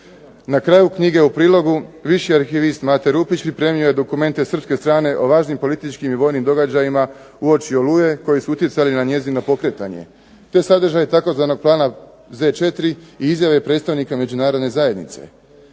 Na kraju knjige u prilogu viši arhivist Mate Rupić pripremio je dokumente Srpske strane o lažnim političkim i vojnim događajima uoči Oluje koji su utjecali na njezino pokretanje. To je sadržaj tzv. Plana Z4 i izjave predstavnika Međunarodne zajednice.